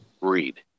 read